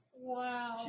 Wow